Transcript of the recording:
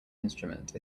instrument